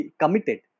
committed